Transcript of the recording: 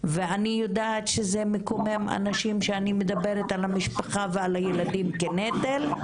ואני יודעת שזה מקומם אנשים שאני מדברת על המשפחה ועל הילדים כנטל,